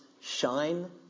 shine